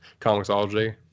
comicsology